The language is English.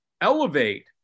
elevate